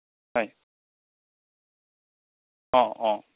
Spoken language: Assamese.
হয় অঁ অঁ